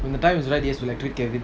when the time is right yes to like